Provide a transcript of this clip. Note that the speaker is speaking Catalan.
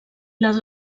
les